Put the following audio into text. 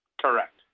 Correct